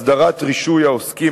הסדרת רישוי העוסקים